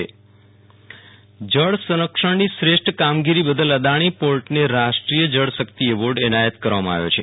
Viral Rana Adani port award જળ સંરક્ષણની શ્રેષ્ઠ કામગીરી બદલ અદાણી પોર્ટને રાષ્ટ્રીય જળ શક્તિ એવોર્ડ એનાયત કરવામાં આવ્યો છે